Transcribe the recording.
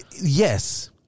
yes